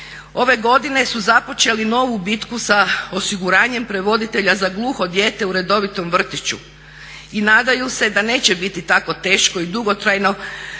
Ove godine su započeli novu bitku sa osiguranjem prevoditelja za gluho dijete u redovitom vrtiću i nadaju se da neće biti tako teško i dugotrajno